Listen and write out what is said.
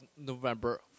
november